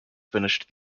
finished